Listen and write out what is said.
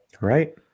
right